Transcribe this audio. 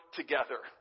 together